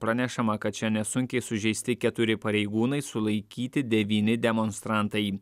pranešama kad čia nesunkiai sužeisti keturi pareigūnai sulaikyti devyni demonstrantai